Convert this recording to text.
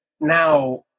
now